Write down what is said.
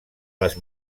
les